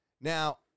Now